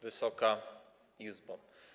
Wysoka Izbo!